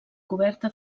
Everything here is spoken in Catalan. coberta